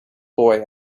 boy